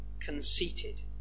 conceited